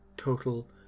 total